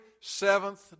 seventh